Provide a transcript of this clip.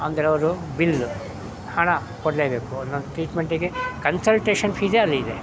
ಅಂದರೆ ಅವರು ಬಿಲ್ಲು ಹಣ ಕೊಡಲೇಬೇಕು ಒಂದೊಂದು ಟ್ರೀಟ್ಮೆಂಟಿಗೆ ಕನ್ಸಲ್ಟೇಷನ್ ಪೀಸೇ ಅಲ್ಲಿದೆ